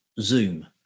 zoom